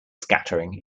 scattering